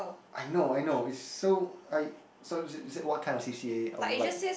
I know I know is so I sorry to say you say what kind of C_C_A I would like